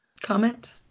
comment